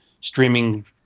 streaming